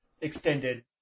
extended